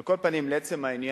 על כל פנים, לעצם העניין,